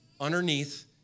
underneath